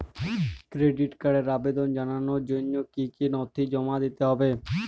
Credit কার্ডের আবেদন জানানোর জন্য কী কী নথি জমা দিতে হবে?